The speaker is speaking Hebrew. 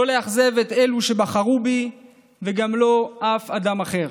לא לאכזב את אלה שבחרו בי וגם לא אף אדם אחר,